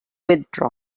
withdraw